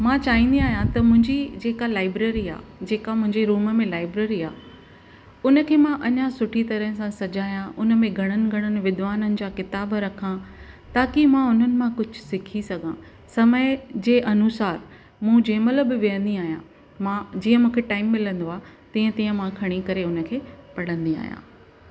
मां चाहिंदी आहियां त मुंहिंजी जेका लाइब्रेरी आहे जेका मुंहिंजे रूम में लाइब्रेरी आहे उनखे मां अञा सुठी तरह सां सजाया हुनमें घणनि घणनि विद्वाननि जा किताब रखां ताकी मां हुननि मां कुझु सिखी सघां समय जे अनुसार मूं जेमल्हि बि वेहंदी आहियां मूंखे टाइम मिलंदो आ तीअं तीअं मां खणी करे हुनखें पढंदी आहियां